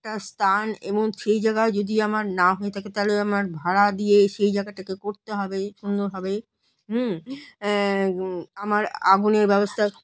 একটা স্থান এবং সেই জায়গায় যদি আমার না হয়ে থাকে তাহলে আমার ভাড়া দিয়ে সেই জায়গাটাকে করতে হবে সুন্দর ভাবে হুম আমার আগুনের ব্যবস্থা